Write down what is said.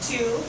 Two